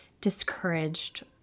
discouraged